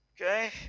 Okay